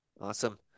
Awesome